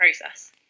process